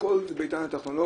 הכול זה בעידן הטכנולוגי.